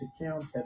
accounts